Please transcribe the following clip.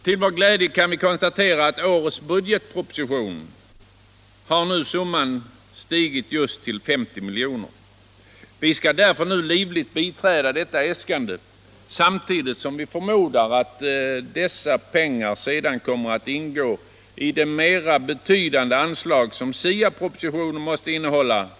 Till vår glädje kan vi nu konstatera att den aktuella anslagssumman i årets budgetproposition har stigit just till 50 milj.kr. Vi biträder därför livligt detta äskande, samtidigt som vi förutsätter att pengarna skall ingå i de större anslag för en bättre undervisning som SIA-propositionen kommer att innehålla.